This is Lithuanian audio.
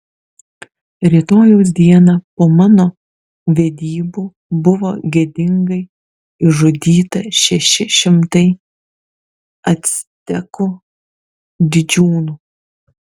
rytojaus dieną po mano vedybų buvo gėdingai išžudyta šeši šimtai actekų didžiūnų